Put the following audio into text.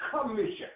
commission